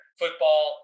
football